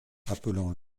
appelant